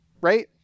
right